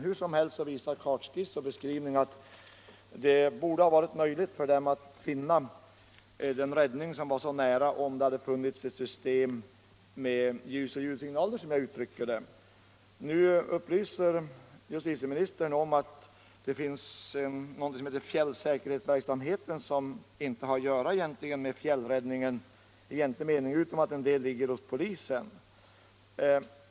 Hur som helst visar kartskisser och beskrivningar att det borde ha varit möjligt för de nu omkomna att nå den räddning som var så nära om det funnits ett system med ljusoch ljudsignaler, som jag uttryckte det i frågan. Nu upplyser justitieministern om att det finns någonting som heter fjällsäkerhetsverksamhet och som inte egentligen har att göra med fjällräddningen utom på så sätt att polisen svarar för en del av den.